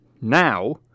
now